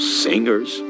singers